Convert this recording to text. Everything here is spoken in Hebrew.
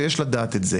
ויש לדעת את זה,